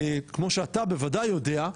כמו שאתה בוודאי יודע,